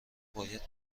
باید